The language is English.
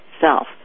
self